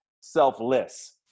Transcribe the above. selfless